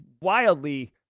wildly